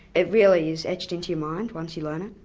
it really is etched into your mind, once you learn it.